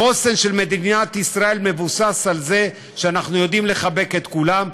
החוסן של מדינת ישראל מבוסס על זה שאנחנו יודעים לחבק את כולם.